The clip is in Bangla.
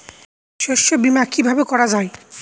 শস্য বীমা কিভাবে করা যায়?